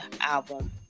album